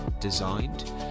designed